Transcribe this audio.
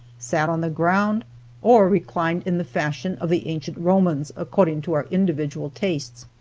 sat on the ground or reclined in the fashion of the ancient romans, according to our individual tastes.